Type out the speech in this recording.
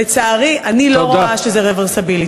לצערי אני לא רואה שזה רברסיבילי.